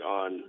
on